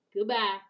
Goodbye